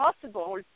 possible